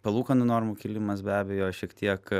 palūkanų normų kilimas be abejo šiek tiek